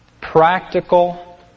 practical